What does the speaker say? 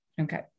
Okay